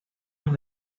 los